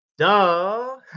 Duh